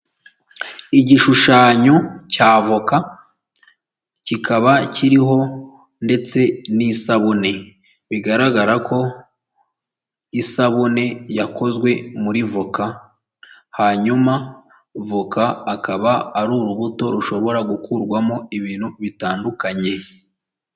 Igishushanyo cy'avoka kikaba kiriho ndetse n'isabune, bigaragara ko isabune yakozwe muri avoka hanyuma avoka akaba ari urubuto rushobora gukurwamo ibintu bitandukanye.